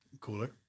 cooler